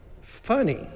funny